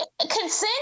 consent